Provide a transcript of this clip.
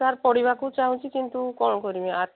sir ପଢ଼ିବାକୁ ଚାହୁଁଛି କିନ୍ତୁ କ'ଣ କରିମି